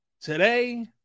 Today